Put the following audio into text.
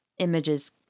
images